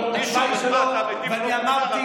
לא, התשובה היא לא, ואני אמרתי,